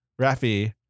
Rafi